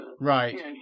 Right